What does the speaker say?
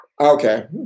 Okay